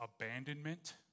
abandonment